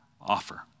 offer